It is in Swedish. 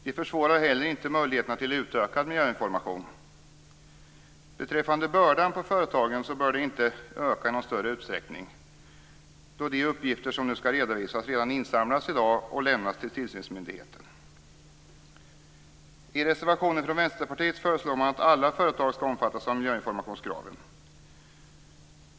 De försvårar inte heller möjligheterna till utökad miljöinformation. Bördan på företagen bör inte i någon större utsträckning öka, då de uppgifter som nu skall redovisas redan i dag insamlas och lämnas till tillsynsmyndigheterna. I reservationen från Vänsterpartiet föreslår man att alla företag skall omfattas av miljöinformationskravet.